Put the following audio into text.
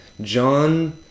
John